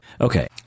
Okay